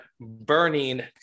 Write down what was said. burning